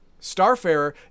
Starfarer